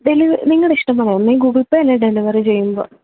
deli നിങ്ങളുടെ ഇഷ്ടം പോലെ ഒന്നുകിൽ ഗൂഗിൾ പേ അല്ലെങ്കിൽ ഡെലിവറി ചെയ്യുമ്പോൾ